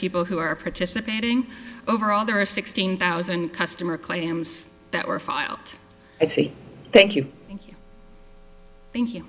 people who are participating overall there are sixteen thousand customer claims that were filed out i say thank you thank you